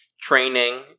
training